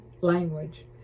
language